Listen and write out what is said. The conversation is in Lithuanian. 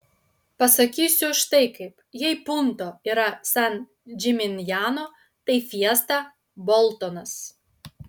pasakysiu štai kaip jei punto yra san džiminjano tai fiesta boltonas